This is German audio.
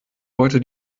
wollte